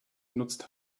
genutzt